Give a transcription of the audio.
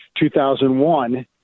2001